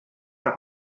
der